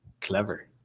clever